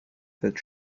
that